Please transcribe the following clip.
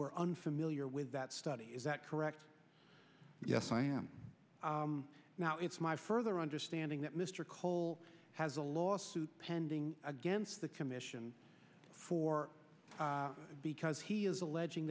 were unfamiliar with that study is that correct yes i am now it's my further understanding that mr cole has a lawsuit pending hence the commission for because he is alleging